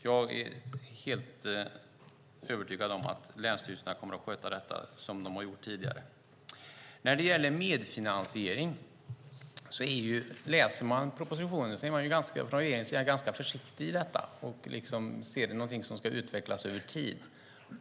Jag är helt övertygad om att länsstyrelserna kommer att sköta detta som de har gjort tidigare. När det gäller medfinansiering är man från regeringens sida ganska försiktig och ser det som någonting som ska utvecklas över tid.